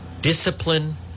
discipline